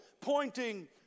pointing